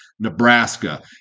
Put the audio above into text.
Nebraska